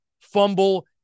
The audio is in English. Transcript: fumble